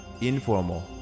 Informal